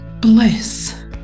bliss